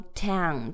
town